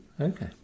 Okay